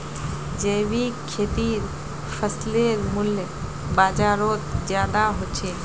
जैविक खेतीर फसलेर मूल्य बजारोत ज्यादा होचे